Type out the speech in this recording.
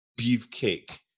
beefcake